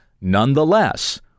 Nonetheless